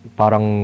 parang